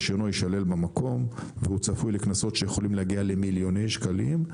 רישיונו יישלל במקום והוא צפוי לקנסות שיכולים להגיע למיליוני שקלים,